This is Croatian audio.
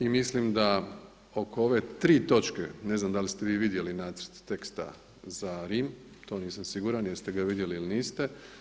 I mislim da oko ove tri točke, ne znam da li ste vi vidjeli nacrt teksta za Rim, to nisam siguran jeste ga vidjeli ili niste.